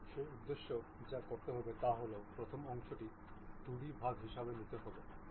সেই উদ্দেশ্যে যা করতে হবে তা হল প্রথম অংশটি 2D ভাগ হিসেবে নিতে হবে